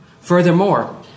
Furthermore